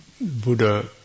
Buddha